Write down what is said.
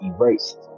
erased